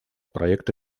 проекта